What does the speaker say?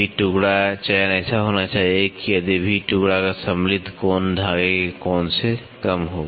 we टुकड़ाका चयन ऐसा होना चाहिए कि यदि वी टुकड़ा का सम्मिलित कोण धागे के कोण से कम हो